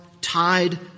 tied